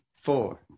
four